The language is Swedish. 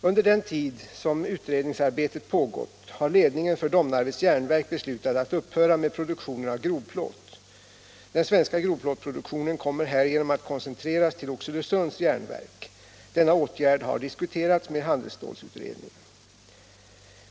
Under den tid som utredningsarbetet pågått har ledningen för Domnarvets Jernverk beslutat att upphöra med produktionen av grovplåt. Den svenska grovplåtproduktionen kommer härigenom att koncentreras till Oxelösunds Järnverk. Denna åtgärd har diskuterats med handelsstålutredningen.